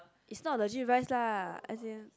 is not legit rice lah as you